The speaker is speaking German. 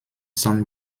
san